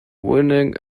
winning